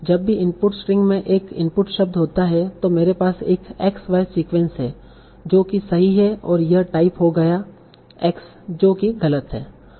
जब भी input string में एक इनपुट शब्द होता है तो मेरे पास एक x y सीक्वेंस है जो कि सही है और यह टाइप हो गया x जो कि गलत है